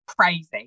crazy